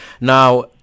Now